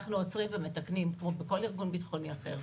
אנחנו עוצרים ומתקנים כמו בכל ארגון ביטחוני אחר.